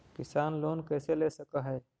किसान लोन कैसे ले सक है?